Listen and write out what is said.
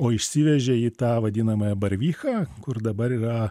o išsivežė į tą vadinamąją barvychą kur dabar yra